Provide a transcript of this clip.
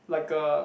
like a